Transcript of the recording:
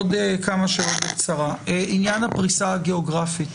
עניין הפריסה הגיאוגרפית